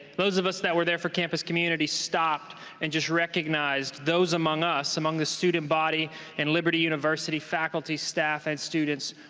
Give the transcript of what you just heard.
those of us who were there for campus community stopped and just recognized those among us, among the student body and liberty university faculty, staff, and students,